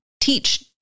teach